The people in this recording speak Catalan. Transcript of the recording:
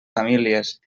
famílies